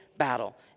battle